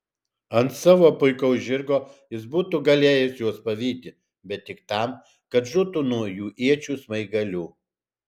ant savo puikaus žirgo jis būtų galėjęs juos pavyti bet tik tam kad žūtų nuo jų iečių smaigalių